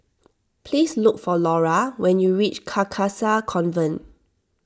please look for Laura when you reach Carcasa Convent